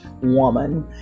woman